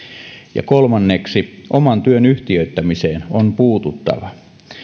ja kolmanneksi oman työn yhtiöittämiseen on puututtava